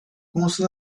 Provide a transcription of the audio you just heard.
公司